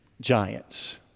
giants